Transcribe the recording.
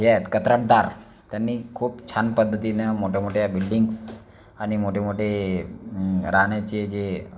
हे आहेत कत्रातदार त्यांनी खूप त्यांनी खूप छान पद्धतीनी मोठ्यामोठ्या बिल्डींग्स आणि मोठे मोठे राहण्याचे जे